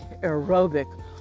aerobic